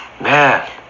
Man